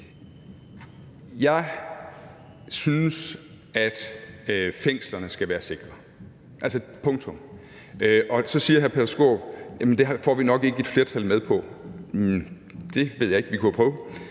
jeg synes, at fængslerne skal være sikre – punktum! Og så siger hr. Peter Skaarup: Jamen det får vi nok ikke et flertal med på. Det ved jeg ikke. Vi kunne jo prøve.